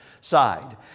side